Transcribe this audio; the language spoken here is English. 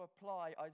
apply